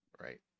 Right